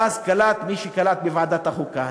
ואז קלט מי שקלט בוועדת החוקה,